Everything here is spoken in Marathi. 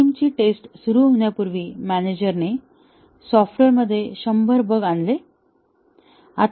सिस्टमची टेस्ट सुरू होण्यापूर्वी मॅनेजरने सॉफ्टवेअरमध्ये 100 बग आणले